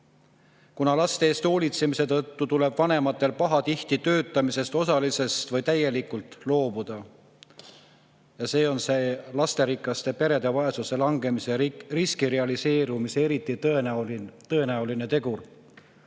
kuna laste eest hoolitsemise tõttu tuleb vanematel pahatihti töötamisest osaliselt või täielikult loobuda. See on see lasterikaste perede vaesusesse langemise riski realiseerumise eriti tõenäoline tegur.